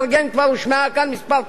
כבר הושמעה כאן פעמים מספר.